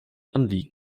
anliegen